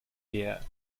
beer